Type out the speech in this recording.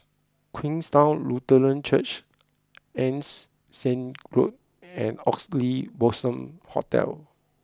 Queenstown Lutheran Church Ann's Siang Road and Oxley Blossom Hotel